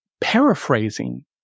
Paraphrasing